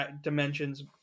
dimensions